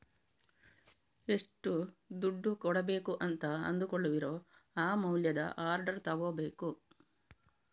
ಎಷ್ಟು ದುಡ್ಡು ಕೊಡ್ಬೇಕು ಅಂತ ಅಂದುಕೊಳ್ಳುವಿರೋ ಆ ಮೌಲ್ಯದ ಆರ್ಡರ್ ತಗೋಬೇಕು